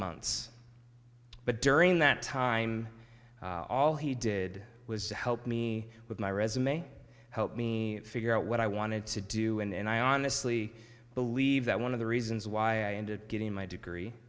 months but during that time all he did was help me with my resume help me figure out what i wanted to do and i honestly believe that one of the reasons why i ended getting my degree